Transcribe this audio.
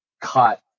cut